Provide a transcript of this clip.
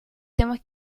temas